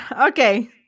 Okay